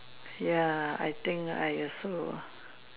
ya I think I also